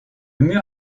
mur